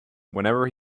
whenever